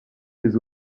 des